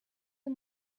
the